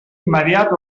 immediat